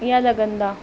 या लॻंदा